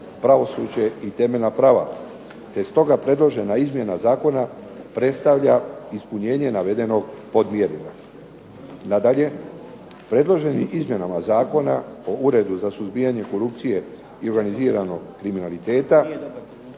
Pravosuđe i temeljna prava, te stoga predložena izmjena zakona predstavlja ispunjenje navedenog podmjerila. Nadalje, predloženim izmjenama Zakona o Uredu za suzbijanje korupcije i organiziranog kriminaliteta